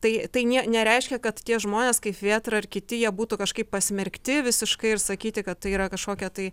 tai tai nereiškia kad tie žmonės kaip vėtra ar kiti jie būtų kažkaip pasmerkti visiškai ir sakyti kad tai yra kažkokia tai